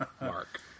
Mark